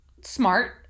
smart